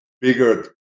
bigger